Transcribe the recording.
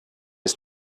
ist